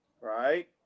right